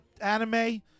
anime